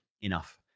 enough